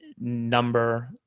number